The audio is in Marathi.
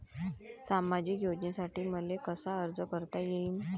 सामाजिक योजनेसाठी मले कसा अर्ज करता येईन?